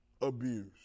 abuse